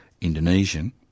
Indonesian